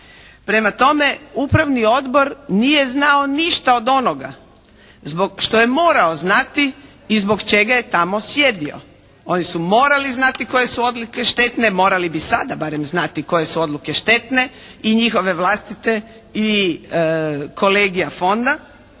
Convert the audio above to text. Prema tome, upravni odbor nije znao ništa od onoga što je morao znati i zbog čega je tamo sjedio. Oni su morali znati koje su odluke štetne, morali bi sada barem znati koje su odluke štetne i njihove vlastite i kolegija fonda